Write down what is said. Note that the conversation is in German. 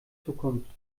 zukunft